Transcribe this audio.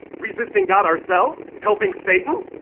resisting god ourselves? helping satan?